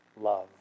love